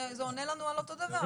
עונה לנו על אותו דבר.